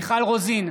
מיכל רוזין,